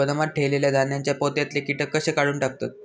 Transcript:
गोदामात ठेयलेल्या धान्यांच्या पोत्यातले कीटक कशे काढून टाकतत?